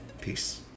Peace